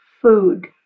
food